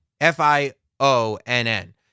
F-I-O-N-N